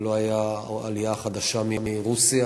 ולא הייתה העלייה החדשה מרוסיה.